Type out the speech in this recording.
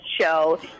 show